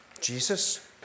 Jesus